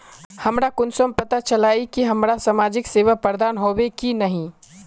हमरा कुंसम पता चला इ की हमरा समाजिक सेवा प्रदान होबे की नहीं?